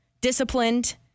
disciplined